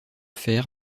fer